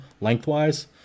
lengthwise